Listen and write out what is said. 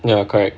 ya correct